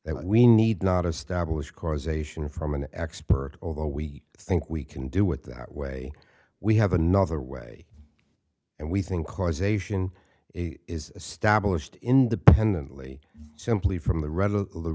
that we need not establish causation from an expert although we think we can do it that way we have another way and we think causation is established independently simply from the